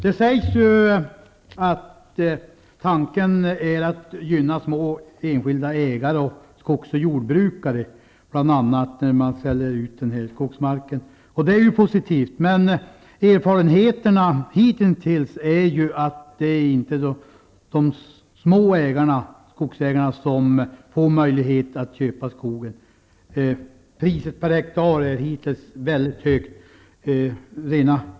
Det sägs att tanken är att bl.a. gynna små enskilda ägare, skogs och jordbrukare när man säljer ut skogsmarker. Det är ju positivt. Men erfarenheterna hitintills visar ju att det inte är de små skogsägarna som får möjlighet att köpa skogen. Priset per hektar är väldigt högt.